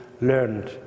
learned